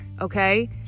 okay